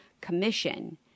Commission